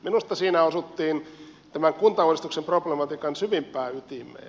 minusta siinä osuttiin tämän kuntauudistuksen proble matiikan syvimpään ytimeen